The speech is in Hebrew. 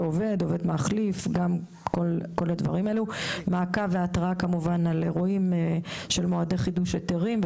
עובד ועובד מחליף; מעקב והתראה על אירועים של מועדי חידוש היתרים,